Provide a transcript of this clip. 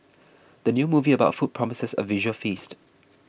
the new movie about food promises a visual feast